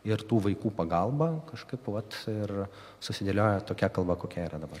ir tų vaikų pagalba kažkaip vat ir susidėliojo tokia kalba kokia yra dabar